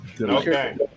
Okay